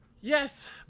Yes